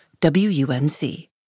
WUNC